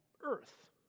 earth